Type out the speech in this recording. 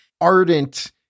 ardent